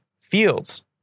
fields